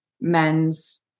men's